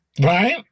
Right